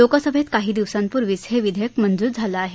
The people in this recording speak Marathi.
लोकसभैत काही दिवसांपूर्वीच हे विधेयक मंजूर झालं आहे